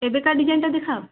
ଏବେକା ଡିଜାଇନ୍ଟା ଦେଖାଅ